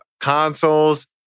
consoles